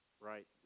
right